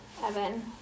Evan